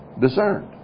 discerned